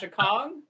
Kong